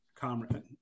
Comrade